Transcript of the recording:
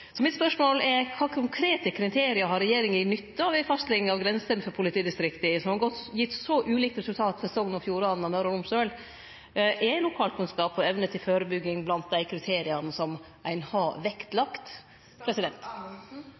så ulikt resultat for Sogn og Fjordane og Møre og Romsdal? Er lokalkunnskap og evne til førebygging blant dei kriteria som ein har vektlagt?